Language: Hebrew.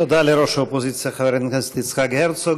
תודה לראש האופוזיציה חבר הכנסת יצחק הרצוג.